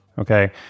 Okay